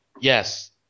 Yes